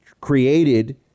created